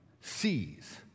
sees